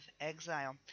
exile